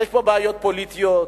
יש פה בעיות פוליטיות,